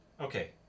Okay